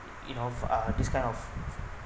you know uh this kind of